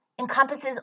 encompasses